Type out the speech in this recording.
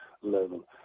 level